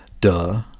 duh